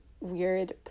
weird